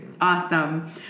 Awesome